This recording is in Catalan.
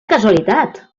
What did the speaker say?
casualitat